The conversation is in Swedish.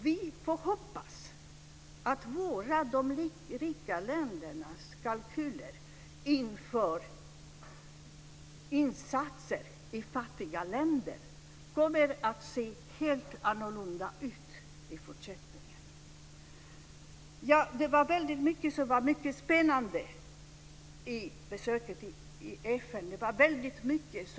Vi får hoppas att de rika ländernas kalkyler inför insatser i fattiga länder kommer att se helt annorlunda ut i fortsättningen. Det var mycket som var spännande vid besöket i FN. Jag lärde mig mycket.